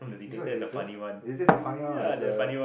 this one is this the funny one what is the